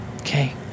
Okay